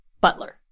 butler